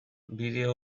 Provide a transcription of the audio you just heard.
bideo